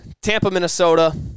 Tampa-Minnesota